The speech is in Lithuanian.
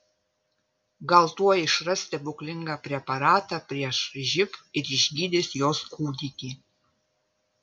gal tuoj išras stebuklingą preparatą prieš živ ir išgydys jos kūdikį